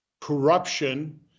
corruption